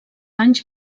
anys